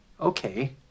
Okay